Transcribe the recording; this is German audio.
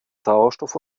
sauerstoff